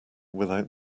without